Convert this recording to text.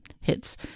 hits